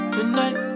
Tonight